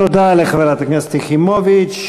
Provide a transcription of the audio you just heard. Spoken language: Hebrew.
תודה לחברת הכנסת יחימוביץ.